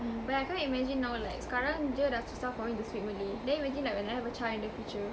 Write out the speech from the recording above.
but I can't imagine now like sekarang jer dah susah for me to speak malay then imagine like when I have a child in the future